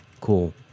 cool